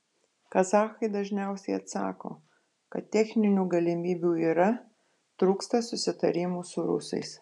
kazachai dažniausiai atsako kad techninių galimybių yra trūksta susitarimų su rusais